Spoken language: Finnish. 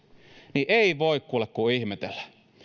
niin ei voi kuule kuin ihmetellä